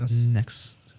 next